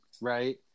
right